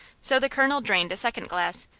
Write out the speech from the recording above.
so the colonel drained a second glass,